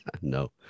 No